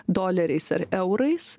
doleriais ar eurais